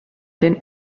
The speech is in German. den